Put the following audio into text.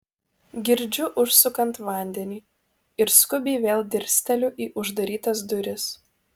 girdžiu užsukant vandenį ir skubiai vėl dirsteliu į uždarytas duris